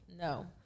No